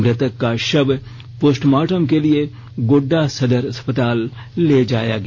मृतक का शव पोस्टमार्टम के लिए गोड्डा सदर अस्पताल ले जाया गया